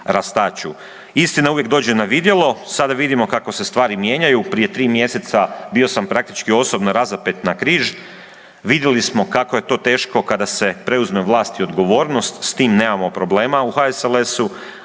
Istina uvijek dođe na vidjelo, sada vidimo kako se stvari mijenjaju, prije tri mjeseca bio sam praktički osobno razapet na križ, vidjeli smo kako je to teško kada se preuzme vlast i odgovornost, s tim nemamo problema u HSLS-u,